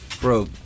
bro